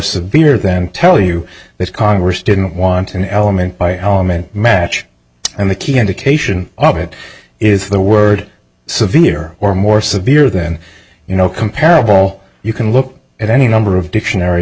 severe than tell you that congress didn't want an element by element match and the key indication of it is the word severe or more severe than you know comparable you can look at any number of dictionary